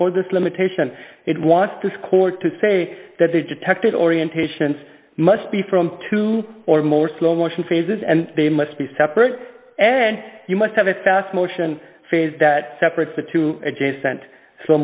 for this limitation it wants to score to say that they detected orientations must be from two or more slow motion phases and they must be separate and you must have a fast motion phase that separates the two adjacent s